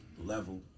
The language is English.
level